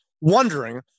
wondering